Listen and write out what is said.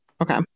Okay